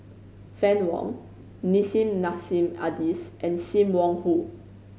Fann Wong Nissim Nassim Adis and Sim Wong Hoo